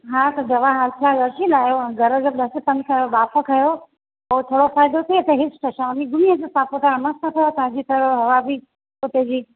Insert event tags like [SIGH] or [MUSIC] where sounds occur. हा त दवा हाल फिलहालु वठींदा आयो अऊं घरु जो [UNINTELLIGIBLE] खयों बांफ खयों पो थोड़ो फ़ाइदो थे त हिल स्टेशन वञी घुमी अचो सातपुड़ा मस्त अथव हुतां जी त हवा बि हुते जी